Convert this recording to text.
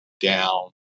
down